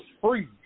free